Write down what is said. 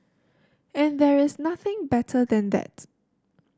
and there's nothing better than that